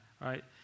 right